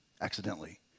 accidentally